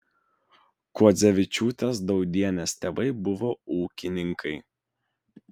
kuodzevičiūtės daudienės tėvai buvo ūkininkai